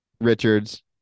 Richards